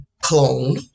clone